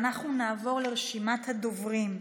אנחנו נעבור לרשימת הדוברים: